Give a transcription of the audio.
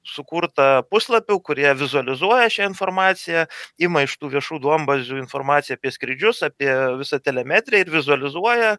sukurta puslapių kurie vizualizuoja šią informaciją ima iš tų viešų duombazių informaciją apie skrydžius apie visą telemetriją ir vizualizuoja